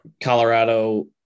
Colorado